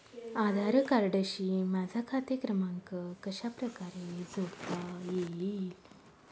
आधार कार्डशी माझा खाते क्रमांक कशाप्रकारे जोडता येईल?